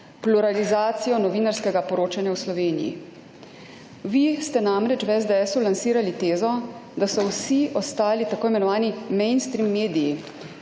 pluralizacijo novinarskega poročanja v Sloveniji. Vi ste namreč v SDS-u lansirali tezo, da so vsi ostali, tako imenovani mainstream mediji